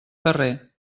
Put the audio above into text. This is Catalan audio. carrer